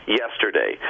yesterday